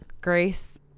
Grace